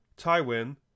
Tywin